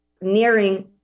nearing